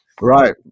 Right